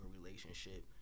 relationship